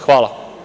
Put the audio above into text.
Hvala.